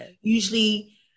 usually